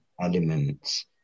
elements